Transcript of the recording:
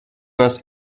нас